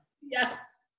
Yes